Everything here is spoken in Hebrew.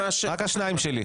רק השניים שלי.